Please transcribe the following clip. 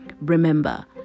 Remember